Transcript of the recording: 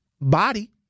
body